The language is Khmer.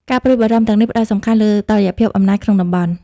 ការព្រួយបារម្ភទាំងនេះផ្តោតសំខាន់លើតុល្យភាពអំណាចក្នុងតំបន់។